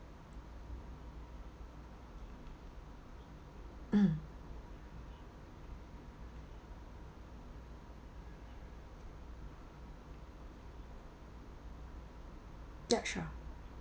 mm ya sure